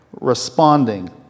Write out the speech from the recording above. responding